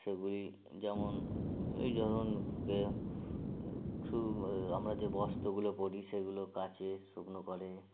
সেগুলি যেমন এই ধরুন কেউ কেউ শুধু আমরা যে বস্ত্রগুলো পরি সেগুলো কাচে শুকনো করে